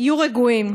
יהיו רגועים.